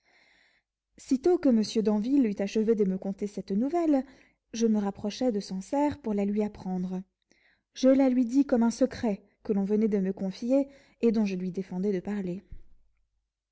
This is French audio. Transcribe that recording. sitôt que monsieur d'anville eut achevé de me conter cette nouvelle je me rapprochai de sancerre pour la lui apprendre je la lui dis comme un secret que l'on venait de me confier et dont je lui défendais d'en parler